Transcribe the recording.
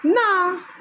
ना